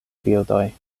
bildoj